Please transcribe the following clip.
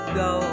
go